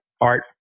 art